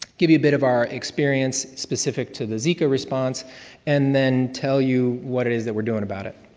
give you a bit of our experience specific to the zika response and then tell you what it is that we're going about it.